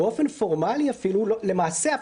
למעשה,